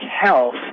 health